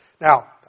Now